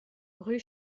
rue